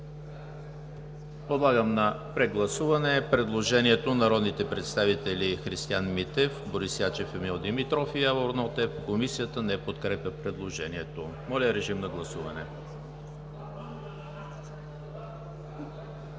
Подлагам на прегласуване предложението на народните представители Христиан Митев, Борис Ячев, Емил Димитров и Явор Нотев – Комисията не подкрепя предложението. Гласували